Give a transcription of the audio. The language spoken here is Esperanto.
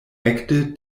ekde